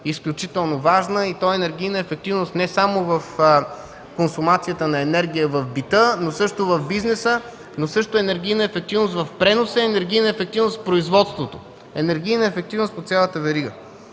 изключително важна и то енергийна ефективност не само в консумацията на енергия в бита, но също в бизнеса, енергийна ефективност в преноса, енергийна ефективност в производството, енергийна ефективност по цялата верига.